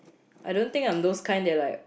I don't think I'm those kind that like